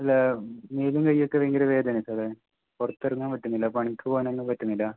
മേലും കൈയ്യും ഒക്കെ ഭയങ്കര വേദന സാറേ പുറത്തിറങ്ങാൻ പറ്റുന്നില്ല പണിക്കു പോകാൻ ഒന്നും പറ്റുന്നില്ല